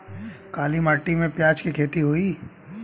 काली माटी में प्याज के खेती होई?